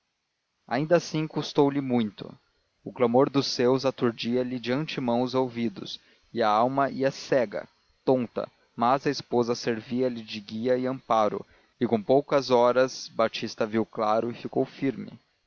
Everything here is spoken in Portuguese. ainda assim custou-lhe muito o clamor dos seus aturdia lhe de antemão os ouvidos a alma ia cega tonta mas a esposa servia lhe de guia e amparo e com poucas horas batista viu claro e ficou firme